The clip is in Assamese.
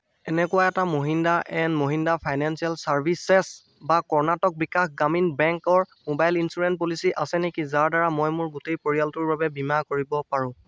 এনেকুৱা এটা Mahindra and Mahindra financial services বা কৰ্ণাটক বিকাশ গ্ৰামীণ বেংকৰ মোবাইল ইঞ্চুৰেঞ্চ পলিচী আছে নেকি যাৰ দ্বাৰা মই মোৰ গোটেই পৰিয়ালটোৰ বাবে বীমা কৰিব পাৰোঁ